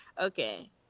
okay